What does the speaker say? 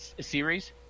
series